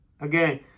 Again